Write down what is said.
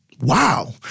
Wow